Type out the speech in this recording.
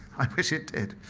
i wish it did.